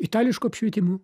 itališku apšvietimu